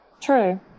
true